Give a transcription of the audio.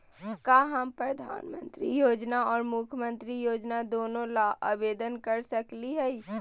का हम प्रधानमंत्री योजना और मुख्यमंत्री योजना दोनों ला आवेदन कर सकली हई?